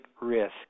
risk